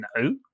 no